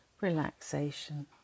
relaxation